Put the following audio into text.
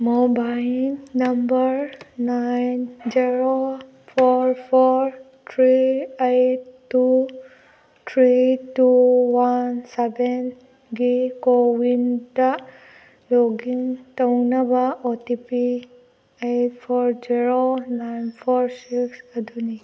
mobile number nine zero four four three eight two three two one ꯁꯕꯦꯟꯒꯤ ꯀꯣꯋꯤꯟꯗ ꯂꯣꯛꯒꯤꯟ ꯇꯧꯅꯕ O T P eight four zero nine four six ꯑꯗꯨꯅꯤ